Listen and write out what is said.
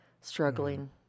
struggling